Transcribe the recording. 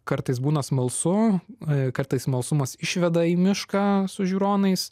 kartais būna smalsu o kartais smalsumas išveda į mišką su žiūronais